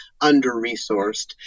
under-resourced